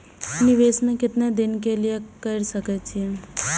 निवेश में केतना दिन के लिए कर सके छीय?